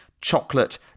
chocolate